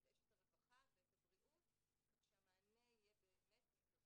את אשת הרווחה ואת הבריאות,